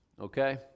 okay